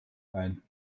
ein